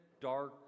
dark